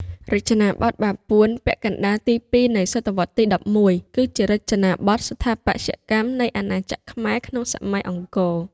រចនាបថបាពួន (ពាក់កណ្តាលទី ២ នៃសតវត្សទី ១១) គឺជារចនាបថស្ថាបត្យកម្មនៃអាណាចក្រខ្មែរក្នុងសម័យអង្គរ